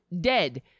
dead